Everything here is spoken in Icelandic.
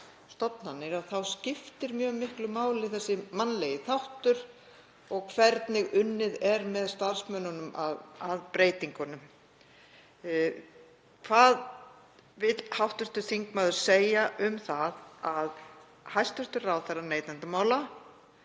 stofnanir þá skipti mjög miklu máli þessi mannlegi þáttur og hvernig unnið er með starfsmönnunum að breytingunum? Hvað vill hv. þingmaður segja um það að hæstv. ráðherra neytendamála